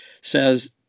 says